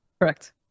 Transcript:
correct